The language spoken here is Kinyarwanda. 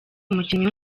umukinnyi